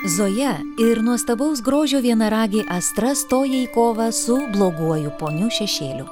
zoja ir nuostabaus grožio vienaragė astra stoja į kovą su bloguoju ponių šešėliu